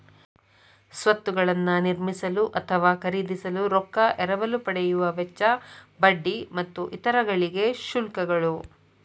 ಸ್ವತ್ತುಗಳನ್ನ ನಿರ್ಮಿಸಲು ಅಥವಾ ಖರೇದಿಸಲು ರೊಕ್ಕಾ ಎರವಲು ಪಡೆಯುವ ವೆಚ್ಚ, ಬಡ್ಡಿ ಮತ್ತು ಇತರ ಗಳಿಗೆ ಶುಲ್ಕಗಳು